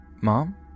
Mom